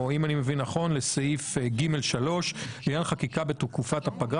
או אם אני מבין נכון לסעיף ג(3) "לעניין החקיקה בתקופת הפגרה